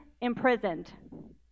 imprisoned